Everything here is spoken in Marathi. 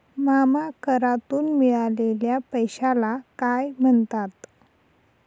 मामा करातून मिळालेल्या पैशाला काय म्हणतात?